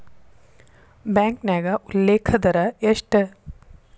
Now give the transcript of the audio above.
ಬ್ಯಾಂಕ್ನ್ಯಾಗ ಉಲ್ಲೇಖ ದರ ಎಷ್ಟ